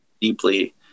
deeply